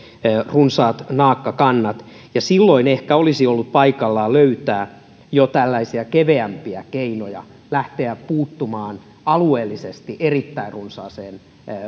runsaat naakkakannat jo silloin ehkä olisi ollut paikallaan löytää tällaisia keveämpiä keinoja lähteä puuttumaan alueellisesti erittäin runsaaseen